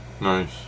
nice